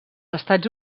estats